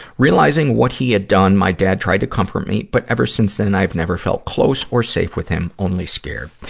realizing what he had done, my dad tried to comfort me, but ever since then i've never felt close or safe with him only scared.